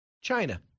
China